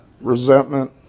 resentment